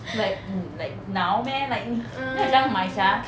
like mm like now meh like 你要怎样买 sia